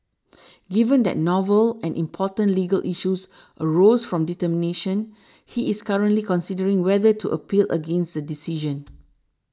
given that novel and important legal issues arose from determination he is currently considering whether to appeal against the decision